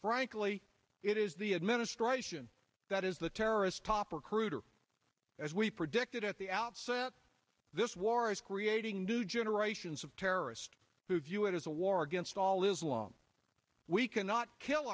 frankly it is the administration that is the terrorist topper cruder as we predicted at the outset of this war is creating new generations of terrorists who view it as a war against all islam we cannot kill